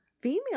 female